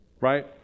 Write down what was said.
Right